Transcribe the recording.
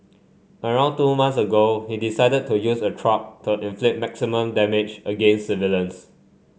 around two months ago he decided to use a truck to inflict maximum damage against civilians